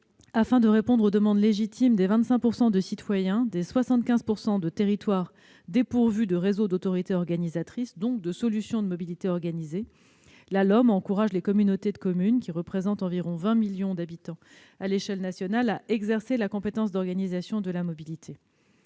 afin de répondre aux demandes légitimes des 25 % de citoyens, des 75 % de territoires dépourvus de réseau géré par une autorité organisatrice de transports, donc de solutions de mobilité organisées, la future LOM encourage les communautés de communes, qui représentent environ 20 millions d'habitants à l'échelle nationale, à exercer la compétence d'organisation de la mobilité.